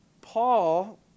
Paul